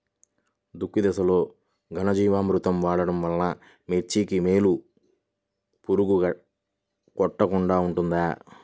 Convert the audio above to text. దుక్కి దశలో ఘనజీవామృతం వాడటం వలన మిర్చికి వేలు పురుగు కొట్టకుండా ఉంటుంది?